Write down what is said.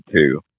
two